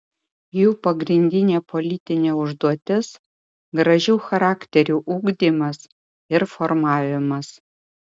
jų pagrindinė politinė užduotis gražių charakterių ugdymas ir formavimas